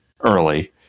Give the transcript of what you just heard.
early